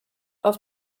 auf